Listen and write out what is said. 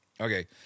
Okay